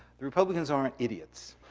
republicans aren't idiots.